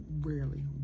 rarely